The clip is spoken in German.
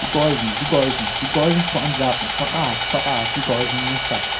die geusen die geusen die geusen vor antwerpen verrat verrat die geusen in der stadt